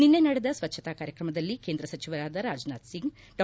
ನಿಸ್ನೆ ನಡೆದ ಸ್ವಚ್ಯತಾ ಕಾರ್ಯಕ್ರಮದಲ್ಲಿ ಕೇಂದ್ರ ಸಚಿವರಾದ ರಾಜನಾಥ್ ಸಿಂಗ್ ಡಾ